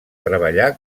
treballar